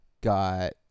got